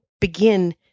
begin